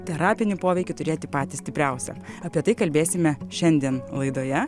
terapinį poveikį turėti patį stipriausią apie tai kalbėsime šiandien laidoje